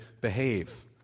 behave